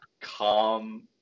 calm